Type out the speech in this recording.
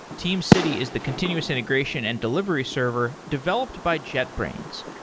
teamcity is the continuous integration and delivery server developed by jetbrains.